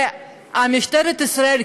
ומשטרת ישראל,